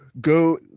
go